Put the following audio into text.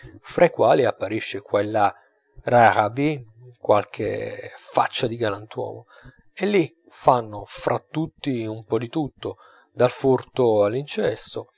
fra i quali apparisce qua e là rara avis qualche faccia di galantuomo e lì fanno fra tutti un po di tutto dal furto